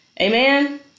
Amen